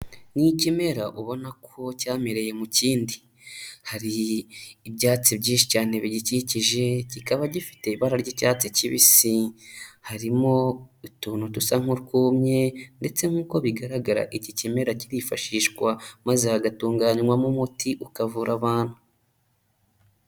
Ni ikimera ubona ko cyamereye mu kindi, hari ibyatsi byinshi cyane bigikikije, kikaba gifite ibara ry'icyatsi kibisi. Harimo utuntu dusa nk'utwumye ndetse nk'uko bigaragara iki kimera kirifashishwa maze hagatunganywamo umuti ukavura abantu.